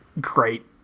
Great